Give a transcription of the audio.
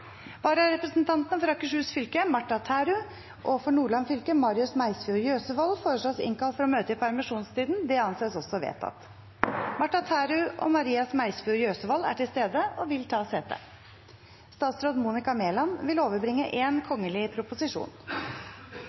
for å møte i permisjonstiden: For Akershus fylke: Martha Tærud For Nordland fylke: Marius Meisfjord Jøsevold Martha Tærud og Marius Meisfjord Jøsevold er til stede og vil ta sete. Representanten Tuva Moflag vil